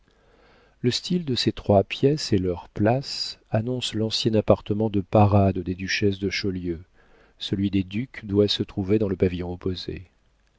le style de ces trois pièces et leur place annoncent l'ancien appartement de parade des duchesses de chaulieu celui des ducs doit se trouver dans le pavillon opposé